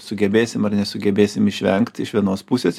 sugebėsim ar nesugebėsim išvengt iš vienos pusės